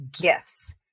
gifts